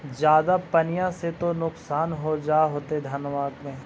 ज्यादा पनिया से तो नुक्सान हो जा होतो धनमा में?